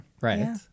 right